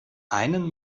einen